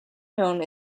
known